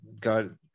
God